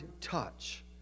touch